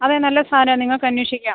അതെ നല്ല സാധനമാണ് നിങ്ങൾക്കന്വേഷിക്കാം